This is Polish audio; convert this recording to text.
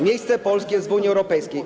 Miejsce Polski jest w Unii Europejskiej.